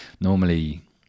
normally